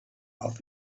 off